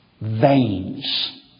veins